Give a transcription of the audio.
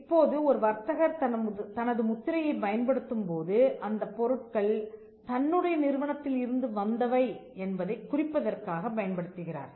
இப்போது ஒரு வர்த்தகர் தனது முத்திரையைப் பயன்படுத்தும்போது அந்தப் பொருட்கள் தன்னுடைய நிறுவனத்தில் இருந்து வந்தவை என்பதைக் குறிப்பதற்காகப் பயன்படுத்துகிறார்